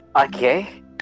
okay